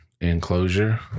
enclosure